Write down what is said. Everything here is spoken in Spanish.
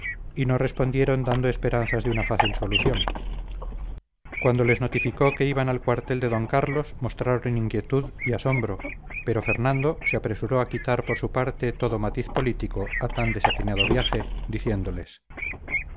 y no respondieron dando esperanzas de una fácil solución cuando les notificó que iban al cuartel de d carlos mostraron inquietud y asombro pero fernando se apresuró a quitar por su parte todo matiz político a tan desatinado viaje diciéndoles